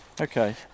okay